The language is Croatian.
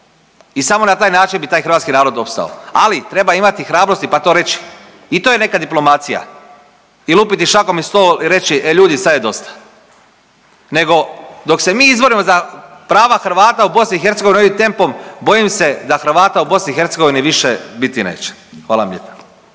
i samo na taj način bi taj hrvatski narod opstao, ali treba imati hrabrosti pa to reći i to je neka diplomacija i lupiti šakom o stol i reći e ljudi sad je dosta. Nego dok se mi izborimo za prava Hrvata u BiH ovim tempom bojim se da Hrvata u BiH više biti neće. Hvala vam lijepa.